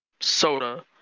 soda